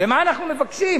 מה אנחנו מבקשים?